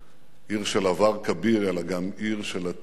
עיר של עבר כביר, אלא גם עיר של עתיד כביר.